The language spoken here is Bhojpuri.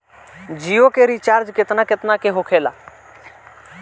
जियो के रिचार्ज केतना केतना के होखे ला?